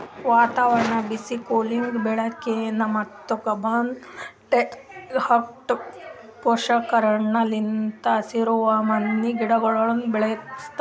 ವಾತಾವರಣ, ಬಿಸಿ, ಕೂಲಿಂಗ್, ಬೆಳಕಿನ ಮತ್ತ ಕಾರ್ಬನ್ ಡೈಆಕ್ಸೈಡ್ ಪುಷ್ಟೀಕರಣ ಲಿಂತ್ ಹಸಿರುಮನಿ ಗಿಡಗೊಳನ್ನ ಬೆಳಸ್ತಾರ